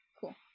cool